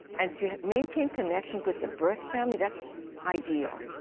and to maintain connections with the birth family, that's ideal.